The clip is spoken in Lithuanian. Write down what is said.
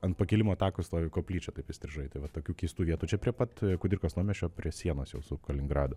ant pakilimo tako stovi koplyčia taip įstrižai tai va tokių keistų vietų čia prie pat kudirkos naumiesčio prie sienos jau su kaliningradu